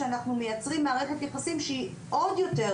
כשאנחנו מייצרים מערכת יחסים שהיא עוד יותר